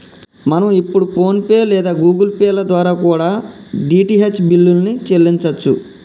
మనం ఇప్పుడు PhonePe లేదా గుగుల్ పే ల ద్వారా కూడా డీ.టీ.హెచ్ బిల్లుల్ని చెల్లించచ్చు